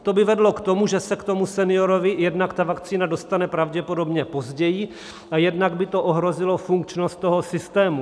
To by vedlo k tomu, že se k tomu seniorovi jednak ta vakcína dostane pravděpodobně později, a jednak by to ohrozilo funkčnost systému.